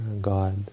God